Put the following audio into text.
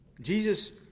Jesus